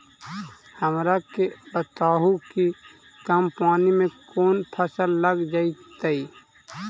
हमरा के बताहु कि कम पानी में कौन फसल लग जैतइ?